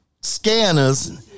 scanners